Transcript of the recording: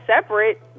separate